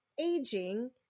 aging